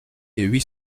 huit